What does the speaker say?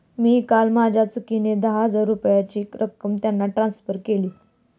मी काल माझ्या चुकीने दहा हजार रुपयांची रक्कम त्यांना ट्रान्सफर केली